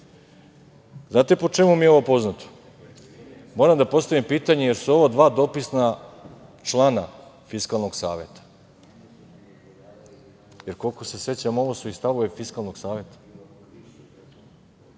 manje. Znate po čemu mi je ovo poznato? Moram da postavim pitanje jer su ovo dva dopisna člana Fiskalnog saveta jer, koliko se sećam, ovo su i stavovi Fiskalnog saveta.